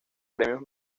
premios